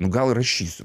nu gal rašysiu